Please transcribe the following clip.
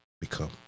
become